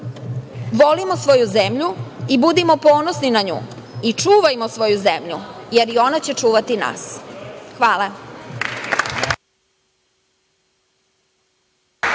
Volimo svoju zemlju i budimo ponosni na nju i čuvajmo svoju zemlju, jer i ona će čuvati nas. Hvala.